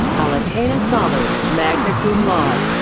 aletena sahlu, magna cum laude.